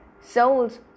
Souls